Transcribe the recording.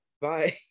Bye